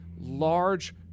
large